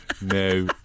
No